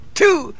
two